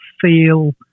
feel